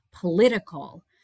political